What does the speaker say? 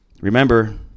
remember